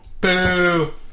Boo